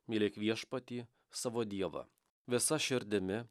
mylėk viešpatį savo dievą visa širdimi